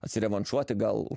atsirevanšuoti gal